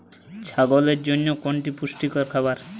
ছাগলের জন্য কোনটি পুষ্টিকর খাবার?